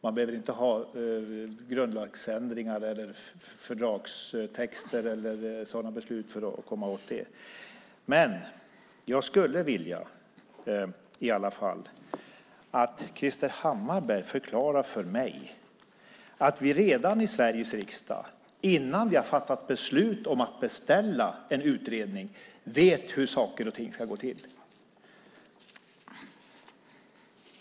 Det behövs inga grundlagsändringar, fördragstexter eller sådana beslut för det. Jag skulle vilja att Krister Hammarbergh förklarar för mig hur vi i Sveriges riksdag, innan vi har fattat beslut om att beställa en utredning, redan vet hur saker och ting ska gå till.